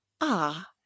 Ah